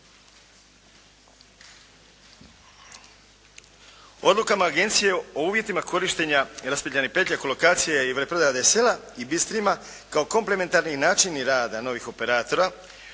Odlukama agencije o uvjetima korištenja raspetljanih petlja oko lokacija i veleprodajama ADSL-a i BISTRE-am kao komplementarni načini rada novih operatora